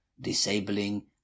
Disabling